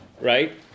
right